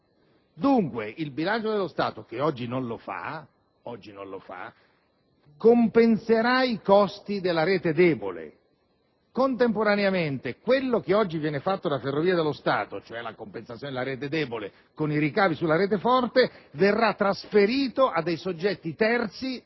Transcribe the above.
Dunque, il bilancio dello Stato (che oggi non lo fa) compenserà i costi della rete debole. Contemporaneamente, quello che oggi viene fatto da Ferrovie dello Stato (la compensazione della rete debole con i ricavi sulla rete forte) verrà trasferito a soggetti terzi